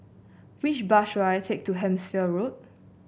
which bus should I take to Hampshire Road